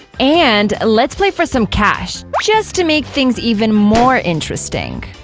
and let's play for some cash? just to make things even more interesting.